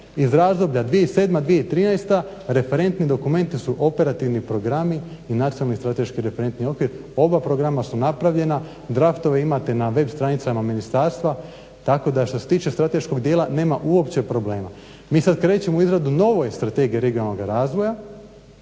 iz razdoblja 2007.-2013. referentni dokumenti su operativni programi i nacionalni strateški referentni okvir. Oba programa su napravljena, draftove imate na web stranicama ministarstva tako da što se tiče strateškog dijela nema uopće problema. Mi sad krećemo u izradu nove Strategije regionalnog razvoja